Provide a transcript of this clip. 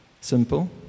simple